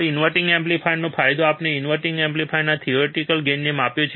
inverting એમ્પ્લીફાયરનો ફાયદો આપણે ઇન્વર્ટીંગ એમ્પ્લીફાયરના થિયોરિટીકલ ગેઇનને માપ્યા છે